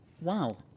Wow